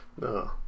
no